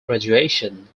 radiation